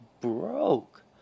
broke